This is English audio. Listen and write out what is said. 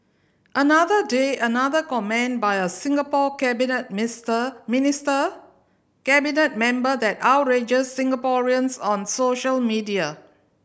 another day another comment by a Singapore cabinet mister minister cabinet member that outrages Singaporeans on social media